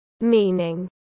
meaning